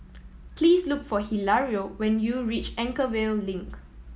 please look for Hilario when you reach Anchorvale Link